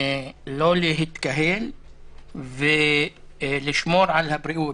לא להתקהל ולשמור על הבריאות,